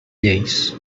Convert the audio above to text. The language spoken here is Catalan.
lleis